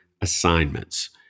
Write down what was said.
assignments